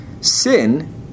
Sin